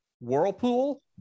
whirlpool